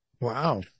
Wow